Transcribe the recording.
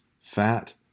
fat